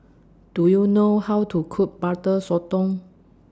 Do YOU know How to Cook Butter Sotong